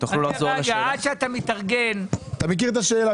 הוא מכיר את השאלה